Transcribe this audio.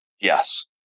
Yes